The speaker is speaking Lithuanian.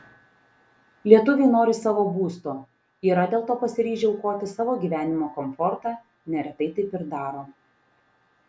lietuviai nori savo būsto yra dėl to pasiryžę aukoti savo gyvenimo komfortą neretai taip ir daro